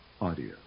audio